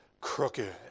crooked